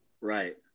Right